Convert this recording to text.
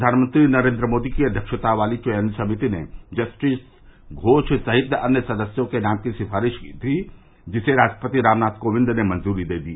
प्रघानमंत्री नरेन्द्र मोदी की अध्यक्षता वाली चयन समिति ने जस्टिस घोष सहित अन्य सदस्यों के नाम की सिफारिश की थी जिसे राष्ट्रपति रामनाथ कोविंद ने मंजूरी दे दी